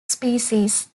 species